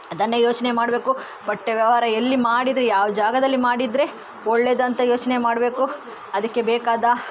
ಅದನ್ನು ಯೋಚನೆ ಮಾಡಬೇಕು ಬಟ್ಟೆ ವ್ಯವಹಾರ ಎಲ್ಲಿ ಮಾಡಿದರೆ ಯಾವ ಜಾಗದಲ್ಲಿ ಮಾಡಿದರೆ ಒಳ್ಳೆದಂತ ಯೋಚನೆ ಮಾಡಬೇಕು ಅದಕ್ಕೆ ಬೇಕಾದ